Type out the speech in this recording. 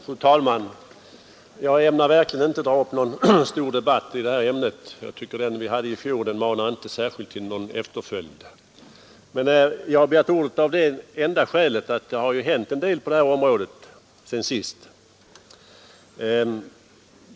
Fru talman! Jag ämnar verkligen inte dra upp någon stor debatt i det här ämnet; den vi hade i fjol manar inte till efterföljd. Jag har begärt ordet av det enda skälet att det har hänt en del på detta område sedan sist.